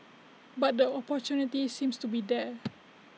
but the opportunity seems to be there